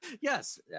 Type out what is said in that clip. yes